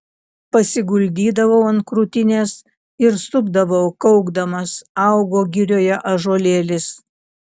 pasiguldydavau ant krūtinės ir supdavau kaukdamas augo girioje ąžuolėlis